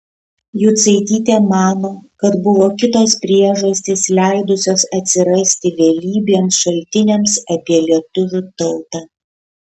jucaitytė mano kad buvo kitos priežastys leidusios atsirasti vėlybiems šaltiniams apie lietuvių tautą